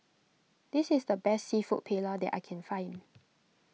this is the best Seafood Paella that I can find